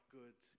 good